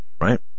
right